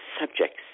subjects